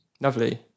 Lovely